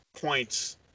points